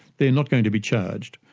they're not going to be charged.